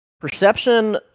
perception